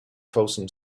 folsom